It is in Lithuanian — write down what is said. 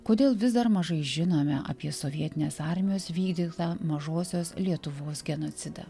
kodėl vis dar mažai žinome apie sovietinės armijos vykdytą mažosios lietuvos genocidą